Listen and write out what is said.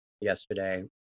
yesterday